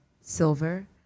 silver